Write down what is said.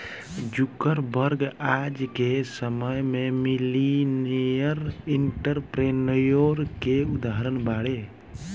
Zuckerberg आज के समय में मिलेनियर एंटरप्रेन्योर के उदाहरण बाड़े